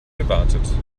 gewartet